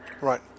Right